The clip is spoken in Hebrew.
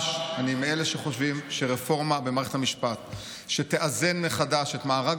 אני מאלה שחושבים שרפורמה במערכת המשפט שתאזן מחדש את מארג